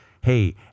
hey